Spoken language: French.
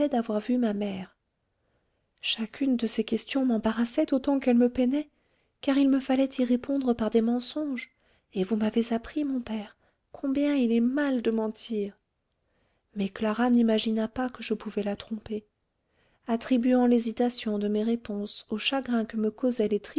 d'avoir vu ma mère chacune de ces questions m'embarrassait autant qu'elle me peinait car il me fallait y répondre par des mensonges et vous m'avez appris mon père combien il est mal de mentir mais clara n'imagina pas que je pouvais la tromper attribuant l'hésitation de mes réponses au chagrin que me